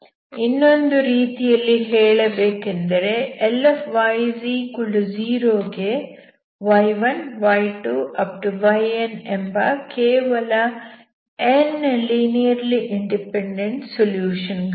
ಇನ್ನೊಂದು ರೀತಿಯಲ್ಲಿ ಹೇಳಬೇಕೆಂದರೆ Ly0 ಗೆ y1 y2 yn ಎಂಬ ಕೇವಲ n ಲೀನಿಯರ್ಲಿ ಇಂಡಿಪೆಂಡೆಂಟ್ ಸೊಲ್ಯೂಶನ್ ಗಳಿವೆ